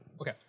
Okay